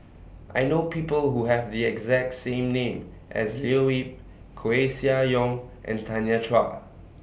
I know People Who Have The exact same name as Leo Yip Koeh Sia Yong and Tanya Chua